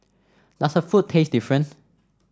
does her food taste different